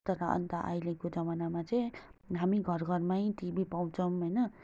तर अन्त अहिलेको जमानामा चाहिँ हामी घर घरमै टिभी पाउँछौँ होइन